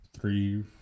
three